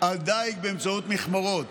על דיג באמצעות מכמורות.